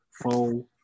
four